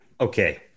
Okay